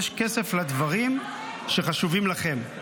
יש כסף לדברים שחשובים לכם.